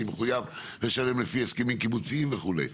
אני מחויב לשלם לפי הסכמים קיבוציים וכו'.